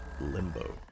Limbo